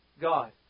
God